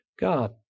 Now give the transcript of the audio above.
God